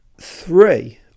three